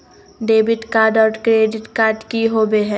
Debit card और credit card की होवे हय?